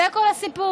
זה כל הסיפור.